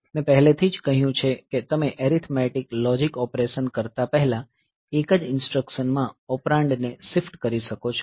મેં પહેલેથી જ કહ્યું છે કે તમે એરીથમેટીક લોજીક ઓપરેશન કરતા પહેલા એક જ ઈન્સ્ટ્રકશનમાં ઓપરેન્ડ ને શિફ્ટ કરી શકો છો